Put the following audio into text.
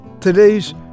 today's